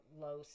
low